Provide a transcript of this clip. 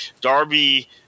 Darby